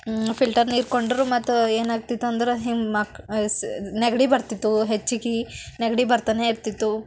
filter ನೀರು ಕೊಂಡರೂ ಮತ್ತೆ ಏನಾಗ್ತಿತ್ತು ಅಂದ್ರೆ ಹೀಗೆ ಮಕ್ ಸ್ ನೆಗಡಿ ಬರ್ತಿತ್ತು ಹೆಚ್ಚಿಗೆ ನೆಗಡಿ ಬರ್ತಾನೇ ಇರ್ತಿತ್ತು